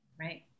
Right